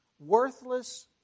Worthless